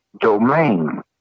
domain